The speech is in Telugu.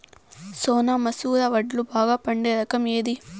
సోనా మసూర వడ్లు బాగా పండే రకం ఏది